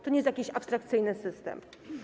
To nie jest jakiś abstrakcyjny system.